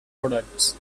products